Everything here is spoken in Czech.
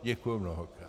Děkuji mnohokrát.